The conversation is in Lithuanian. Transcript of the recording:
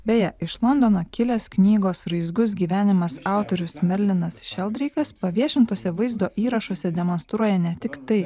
beje iš londono kilęs knygos raizgus gyvenimas autorius merlinas šeldreikas paviešintuose vaizdo įrašuose demonstruoja ne tik tai